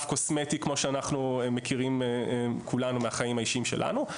קוסמטי כמו שכולנו מכירים מהחיים האישיים שלנו,